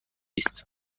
است